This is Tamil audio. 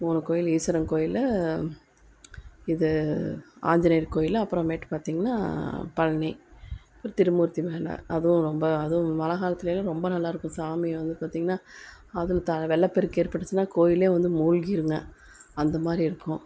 மூணு கோயில் ஈஸ்வரன் கோயிலு இது ஆஞ்சிநேயர் கோயிலு அப்புறமேட்டு பார்த்தீங்கன்னா பழனி அப்புறம் திருமூர்த்தி மலை அதுவும் ரொம்ப அதுவும் மலை காலத்துளையெல்லாம் ரொம்ப நல்லா இருக்கும் சாமி வந்து பார்த்தீங்கனா அதுவும் த வெள்ளப்பெருக்கு ஏற்பட்டுச்சுன்னா கோயிலே வந்து மூழ்கிருங்க அந்தமாதிரி இருக்கும்